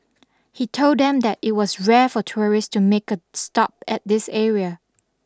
he told them that it was rare for tourists to make a stop at this area